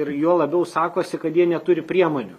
ir juo labiau sakosi kad jie neturi priemonių